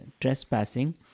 trespassing